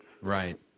right